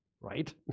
right